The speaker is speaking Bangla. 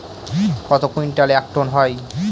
কত কুইন্টালে এক টন হয়?